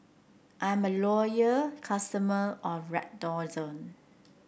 I'm a loyal customer of Redoxon